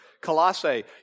Colossae